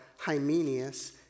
Hymenius